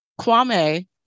Kwame